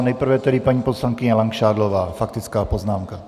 Nejprve tedy paní poslankyně Langšádlová, faktická poznámka.